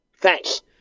Thanks